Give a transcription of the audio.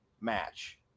match